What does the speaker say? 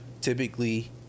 typically